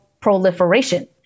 proliferation